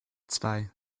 zwei